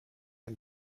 ein